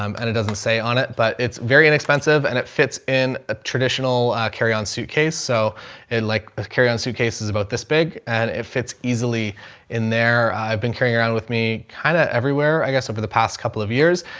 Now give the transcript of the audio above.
um and it doesn't say on it, but it's very inexpensive and it fits in a traditional a carry on suitcase. so it like, ah, carry on suitcases about this big and it fits easily in there. i've been carrying around with me kind of everywhere, i guess over the past couple of years.